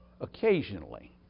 occasionally